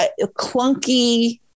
clunky